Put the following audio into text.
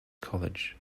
college